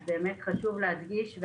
חשוב להדגיש,